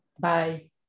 Bye